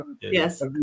yes